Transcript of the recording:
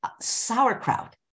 sauerkraut